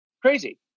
Crazy